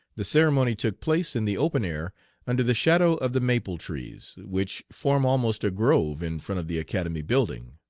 the ceremony took place in the open air under the shadow of the maple trees, which form almost a grove in front of the academy building.